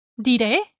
Diré